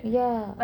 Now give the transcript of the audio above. ya